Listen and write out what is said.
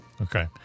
Okay